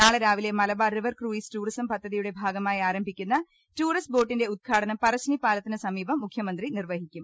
നാളെ രാവിലെ Malabar river cruise tourism പദ്ധതിയുടെ ഭാഗമായി ആരംഭിക്കുന്ന ടൂറിസ്റ്റ് ബോട്ടിന്റെ ഉദ്ഘാടനം പറശ്ശിനി പാലത്തിന് സമീപം മുഖ്യമന്ത്രി നിർവഹിക്കും